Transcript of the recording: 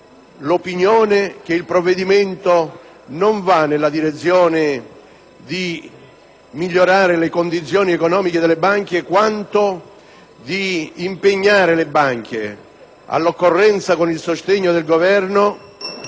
secondo cui il provvedimento non va nella direzione di migliorare le condizioni economiche delle banche, quanto di impegnare le banche, all'occorrenza con il sostegno del Governo,